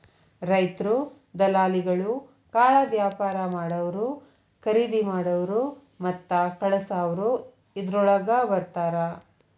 ರೈತ್ರು, ದಲಾಲಿಗಳು, ಕಾಳವ್ಯಾಪಾರಾ ಮಾಡಾವ್ರು, ಕರಿದಿಮಾಡಾವ್ರು ಮತ್ತ ಕಳಸಾವ್ರು ಇದ್ರೋಳಗ ಬರ್ತಾರ